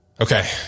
Okay